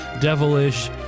devilish